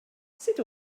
sut